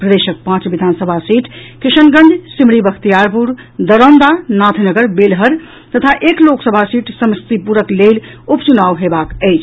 प्रदेशक पांच विधानसभा सीट किशनगंज सिमरी बख्तियारपुर दरौंदा नाथनगर बेलहर तथा एक लोकसभा सीट समस्तीपुरक लेल उपचुनाव हेबाक अछि